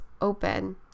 open